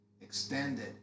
extended